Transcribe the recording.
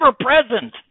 ever-present